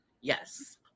Yes